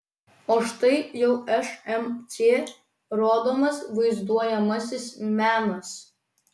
o štai jau šmc rodomas vaizduojamasis menas